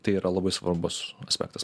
tai yra labai svarbus aspektas